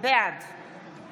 בעד